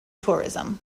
tourism